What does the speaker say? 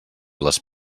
les